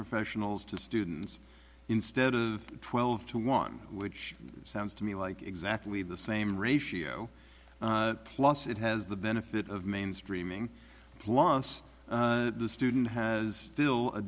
professionals to students instead of twelve to one which sounds to me like exactly the same ratio plus it has the benefit of mainstreaming plus the student has still